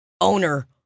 owner